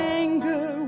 anger